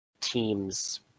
teams